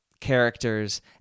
characters